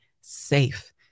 safe